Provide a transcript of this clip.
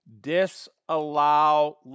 disallow